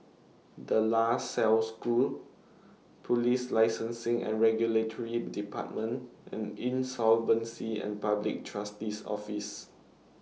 De La Salle School Police Licensing and Regulatory department and Insolvency and Public Trustee's Office